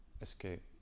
escape